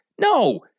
No